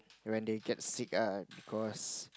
when they get sick ah because